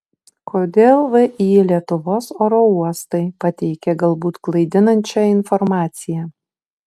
kodėl vį lietuvos oro uostai pateikė galbūt klaidinančią informaciją